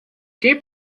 quem